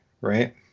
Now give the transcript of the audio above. right